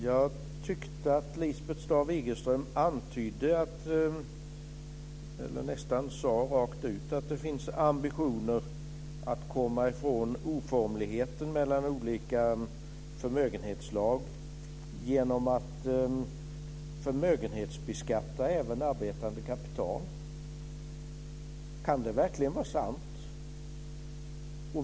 Jag tyckte att Lisbeth Staaf-Igelström antydde, eller nästan sade rakt ut, att det finns ambitioner att komma ifrån oformligheten i olika förmögenhetsslag genom att förmögenhetsbeskatta även arbetande kapital. Kan det verkligen vara sant?